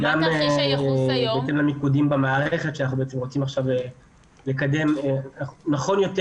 גם בהתאם למיקודים במערכת שאנחנו רוצים עכשיו לקדם נכון יותר,